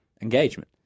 Engagement